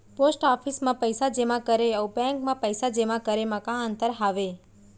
post office मा पइसा जेमा करे अऊ बैंक मा पइसा जेमा करे मा का अंतर हावे